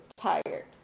tired